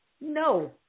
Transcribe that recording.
No